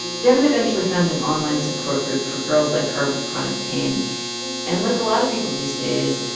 devyn eventually found an online support group for girls like her with chronic pain and, like a lot of people these days,